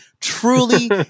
truly